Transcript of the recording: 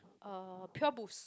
uh pure boost